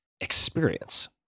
experience